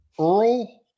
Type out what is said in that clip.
Earl